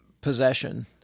possession